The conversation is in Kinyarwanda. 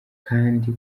kandi